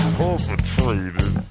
perpetrated